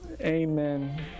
amen